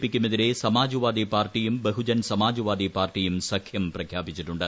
P യ്ക്കും എതിരെ സമാജ്വാദി പാർട്ടിയും ബഹുജൻ സമാജ്വാദി പാർട്ടിയും സഖ്യം പ്രഖ്യാപിച്ചിട്ടുണ്ട്